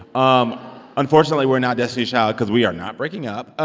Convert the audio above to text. um unfortunately, we're not destiny's child because we are not breaking up